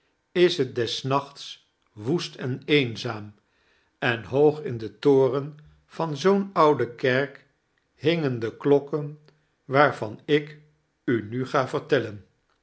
is net dies nachts woest en eenzaam en hoog in den toren van zoo'n oude kerk bingen de klokken waarvan ik n nuga vertellem